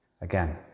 Again